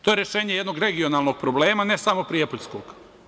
To je rešenje jednog regionalnog problema, ne samo prijepoljskog.